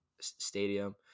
stadium